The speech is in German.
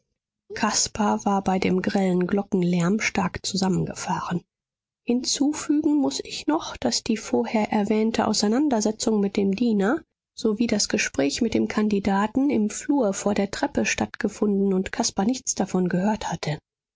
caspar war bei dem grellen glockenlärm stark zusammengefahren hinzufügen muß ich noch daß die vorher erwähnte auseinandersetzung mit dem diener sowie das gespräch mit dem kandidaten im flur vor der treppe stattgefunden und caspar nichts davon gehört hatte